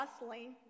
bustling